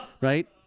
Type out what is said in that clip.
Right